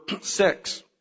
six